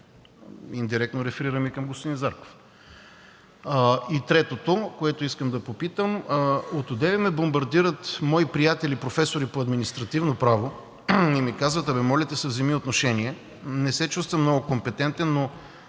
Индиректно реферирам и към господин Зарков. И третото, което искам да попитам. От одеве ме бомбардират мои приятели професори по административно право и ми казват: моля ти се, вземи отношение. Не се чувствам много компетентен, но